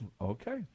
Okay